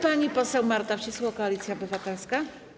Pani poseł Marta Wcisło, Koalicja Obywatelska.